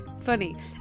funny